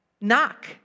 Knock